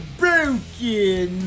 broken